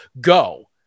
Go